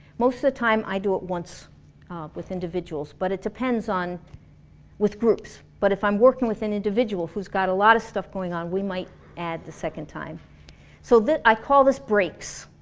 most of the time i do it once with individuals but it depends on with groups but if i'm working with an individual who has a lot of stuff going on, we may add the second time so this i call this brakes.